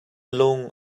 lung